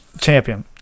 Champion